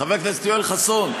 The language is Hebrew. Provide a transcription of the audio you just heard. חבר הכנסת יואל חסון,